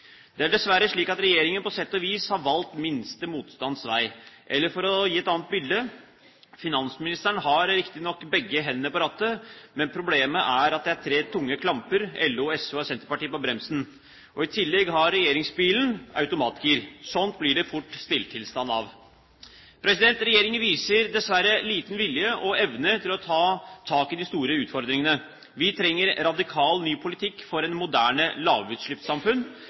Det er dessverre slik at regjeringen på sett og vis har valgt minste motstands vei. Eller for å vise et annet bilde: Finansministeren har riktignok begge hendene på rattet, men problemet er at det er tre tunge klamper – LO, SV og Senterpartiet – på bremsen. I tillegg har regjeringsbilen automatgir. Sånt blir det fort stillstand av. Regjeringen viser dessverre liten vilje og evne til å ta tak i de store utfordringene. Vi trenger en radikal, ny politikk for et moderne lavutslippssamfunn.